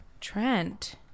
Trent